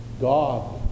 God